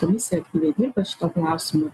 komisija aktyviai dirba šituo klausimu